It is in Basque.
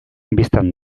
bistan